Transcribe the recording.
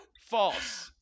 false